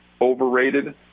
overrated